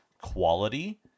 quality